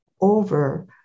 over